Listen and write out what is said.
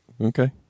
Okay